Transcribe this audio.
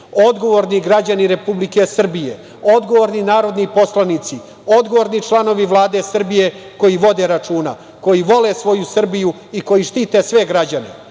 odgovorni građani Republike Srbije, odgovorni narodni poslanici, odgovorni članovi Vlade Srbije koji vode računa, koji vole svoju Srbiju i koji štite sve građane.